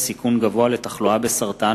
בעקבות דיון מהיר בנושא: סיכון גבוה לתחלואה בסרטן